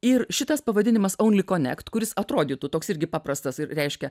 ir šitas pavadinimas ounly konekt kuris atrodytų toks irgi paprastas ir reiškia